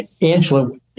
Angela